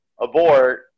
abort